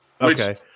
okay